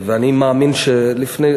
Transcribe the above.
ואני מאמין שלפני,